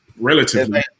Relatively